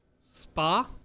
spa